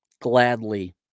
Gladly